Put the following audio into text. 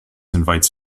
invites